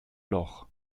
loch